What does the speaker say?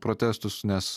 protestus nes